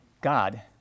God